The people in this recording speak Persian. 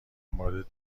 مورد